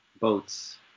boats